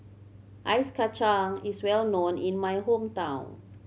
Ice Kachang is well known in my hometown